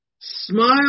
smile